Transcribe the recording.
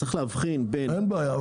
צריך להבחין בין -- אין בעיה,